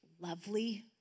lovely